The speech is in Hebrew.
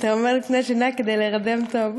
אתה אומר לפני השינה כדי להירדם טוב.